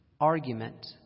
argument